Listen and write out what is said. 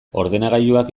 ordenagailuak